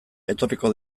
etorriko